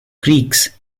creeks